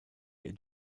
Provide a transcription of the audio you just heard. der